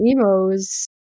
emos